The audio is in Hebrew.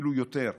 אפילו יותר.